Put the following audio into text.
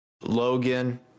Logan